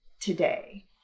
today